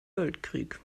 weltkrieg